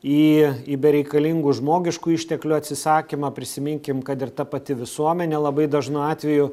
į į bereikalingų žmogiškųjų išteklių atsisakymą prisiminkim kad ir ta pati visuomenė labai dažnu atveju